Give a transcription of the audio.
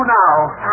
now